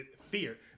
Fear